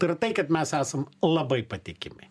tai yra tai kad mes esam labai patikimi